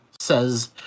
says